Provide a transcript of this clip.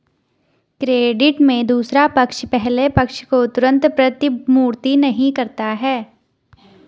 credit में दूसरा पक्ष पहले पक्ष को तुरंत प्रतिपूर्ति नहीं करता है